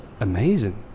amazing